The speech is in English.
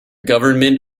government